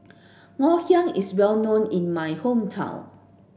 Ngoh Hiang is well known in my hometown